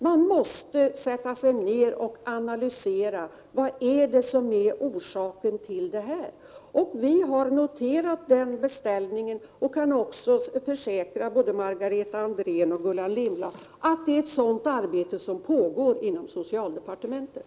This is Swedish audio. Man måste sätta sig ned och analysera: Vad är det som är orsak till detta? Vi har noterat den beställningen och kan också försäkra båda Margareta Andrén och Gullan Lindblad att ett sådant arbete pågår inom socialdepartementet.